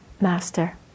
master